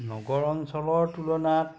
নগৰ অঞ্চলৰ তুলনাত